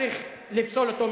צריך לפסול אותו.